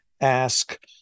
ask